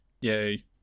Yay